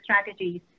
strategies